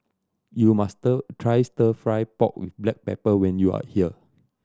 you must stir try Stir Fry pork with black pepper when you are here